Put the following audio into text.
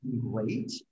Great